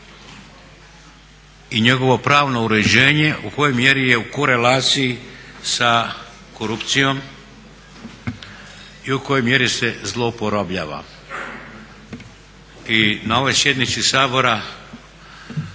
i njegovo pravno uređenje u kojoj mjeri je u korelaciji sa korupcijom i u kojoj mjeri se zlouporabljava. I na idućoj sjednici Sabora